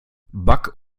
bug